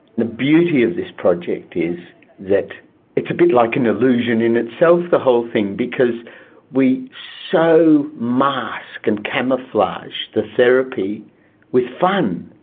the beauty of this project is that it's a bit like an illusion in itself, the whole thing, because we so mask and camouflage the therapy with fun,